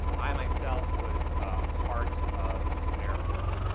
i myself was part of americorps.